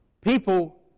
People